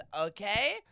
okay